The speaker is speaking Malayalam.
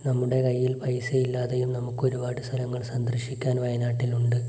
നമ്മുടെ കയ്യിൽ പൈസയില്ലാതെയും നമുക്കൊരുപാട് സ്ഥലങ്ങൾ സന്ദർശിക്കാൻ വയനാട്ടിലുണ്ട്